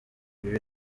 ibi